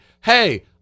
hey-